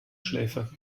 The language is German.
schläfe